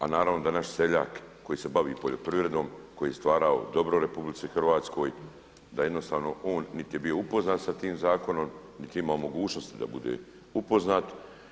A naravno da naš seljak koji se bavi poljoprivredom, koji je stvarao dobro u RH da jednostavno on niti je bio upoznat s tim zakonom, niti je imao mogućnosti da bude upoznat.